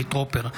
חילי טרופר,